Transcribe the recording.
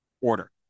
order